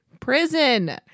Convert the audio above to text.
Prison